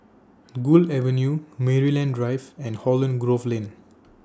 Gul Avenue Maryland Drive and Holland Grove Lane